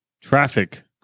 traffic